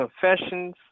Confessions